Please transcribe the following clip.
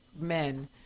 men